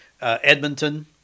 Edmonton